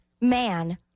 man